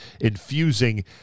infusing